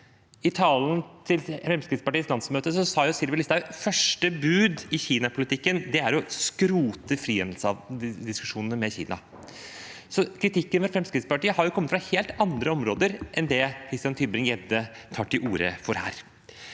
I talen til Fremskrittspartiets landsmøte sa Sylvi Listhaug at første bud i Kina-politikken er å skrote frihandelsdiskusjonene med Kina. Så kritikken fra Fremskrittspartiet har kommet på helt andre områder enn det Christian Tybring-Gjedde tar til orde for her.